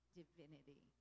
divinity